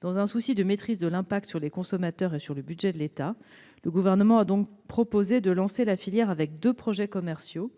Dans un souci de maîtrise de l'impact sur les consommateurs et sur le budget de l'État, le Gouvernement a donc proposé de lancer la filière avec deux projets commerciaux,